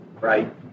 right